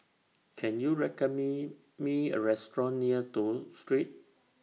Can YOU recommend Me A Restaurant near Toh Street